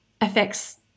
affects